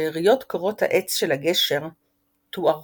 שאריות קורות העץ של הגשר תוארכו